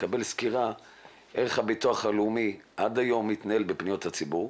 לקבל סקירה איך הביטוח הלאומי עד היום מתנהל בפניות הציבור.